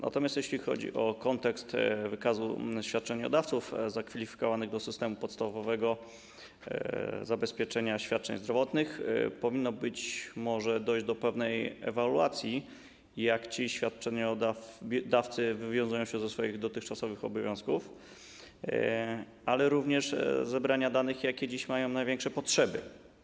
Natomiast jeśli chodzi o kontekst wykazu świadczeniodawców zakwalifikowanych do systemu zabezpieczenia podstawowych świadczeń zdrowotnych, powinno być może dojść do przeprowadzenia pewnej ewaluacji, jak ci świadczeniodawcy wywiązują się ze swoich dotychczasowych obowiązków, ale również zebrania danych, jakie dziś mają największe potrzeby.